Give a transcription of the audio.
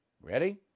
Ready